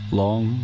long